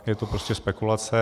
Je to prostě spekulace.